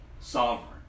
sovereign